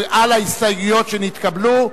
על ההסתייגויות שנתקבלו.